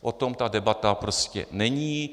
O tom ta debata prostě není.